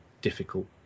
difficult